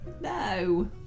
no